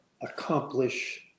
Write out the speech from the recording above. accomplish